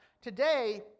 Today